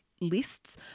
lists